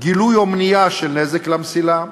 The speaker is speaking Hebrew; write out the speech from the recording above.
גילוי או מניעה של נזק למסילה,